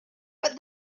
but